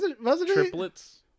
triplets